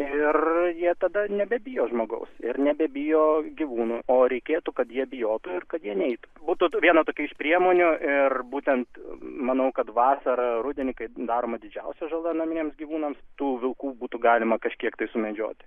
ir jie tada nebebijo žmogaus ir nebebijo gyvūnų o reikėtų kad jie bijotų ir kad jie neitų būtų viena tokia iš priemonių ir būtent manau kad vasarą rudenį kai daroma didžiausia žala naminiams gyvūnams tų vilkų būtų galima kažkiek tai sumedžioti